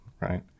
right